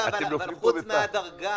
אבל חוץ מהדרגה,